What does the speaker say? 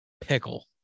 Pickle